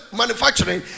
manufacturing